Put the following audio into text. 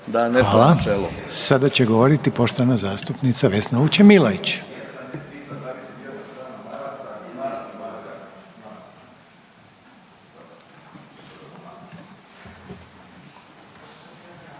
Hvala. Sada će govoriti poštovana zastupnica Vesna Vučemilović.